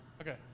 Okay